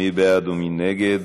מי בעד ומי נגד?